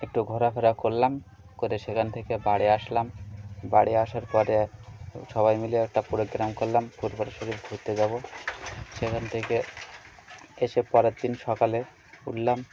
একটু ঘোরাফেরা করলাম করে সেখান থেকে বাড়ি আসলাম বাড়ি আসার পরে সবাই মিলে একটা প্রোগ্রাম করলাম ফুরফুরা শরিফ ঘুরতে যাব সেখান থেকে এসে পরের দিন সকালে উঠলাম